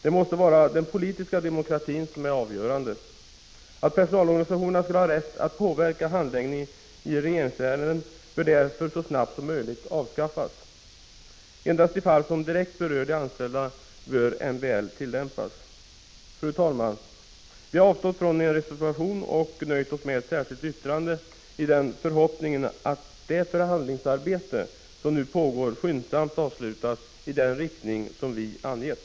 Det måste vara den politiska demokratin som är avgörande. Personalorganisationernas rätt att påverka handläggningen i regeringsärenden bör därför så snart som möjligt avskaffas. Endast i fall som direkt berör de anställda bör MBL tillämpas. Fru talman! Vi har avstått från att avge en reservation och har nöjt oss med ett särskilt yttrande, i den förhoppningen att det förhandlingsarbete som nu = Prot. 1985/86:48